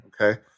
Okay